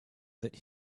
that